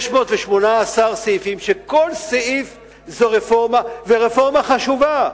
618 סעיפים, כשכל סעיף הוא רפורמה, ורפורמה חשובה?